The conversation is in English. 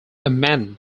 amend